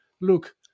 look